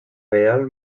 real